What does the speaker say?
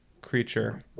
creature